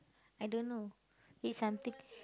I don't know it's something